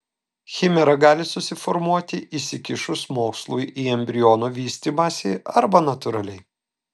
chimera gali susiformuoti įsikišus mokslui į embriono vystymąsi arba natūraliai